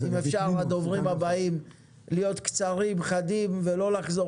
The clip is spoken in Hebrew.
אם אפשר הדוברים הבאים להיות קצרים חדים ולא לחזור